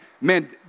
man